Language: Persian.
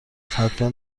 حتما